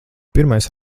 pirmais